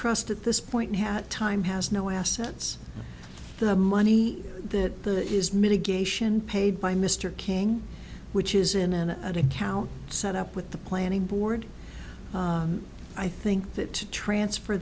trust at this point had time has no assets the money that the is mitigation paid by mr king which is in an account set up with the planning board i think that to transfer